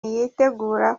yitegura